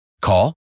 Call